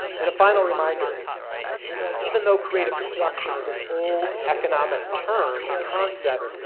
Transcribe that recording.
and a final reminder even though creative destruction is an old economic term and concept,